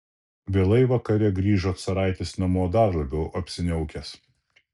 vėlai vakare grįžo caraitis namo dar labiau apsiniaukęs